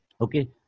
Okay